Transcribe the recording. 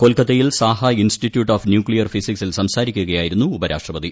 കൊൽക്കത്തയിൽ Saha institute of nuclear ഫിസിക്സിൽ സംസാരിക്കുകയായിരുന്നു ഉപരാഷ്ട്രപതി